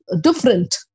different